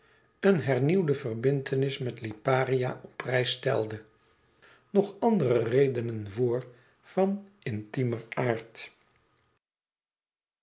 een hernieuwde verbintenis met liparië op prijs stelde nog andere redenen voor van intimer aard